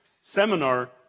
seminar